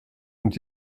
und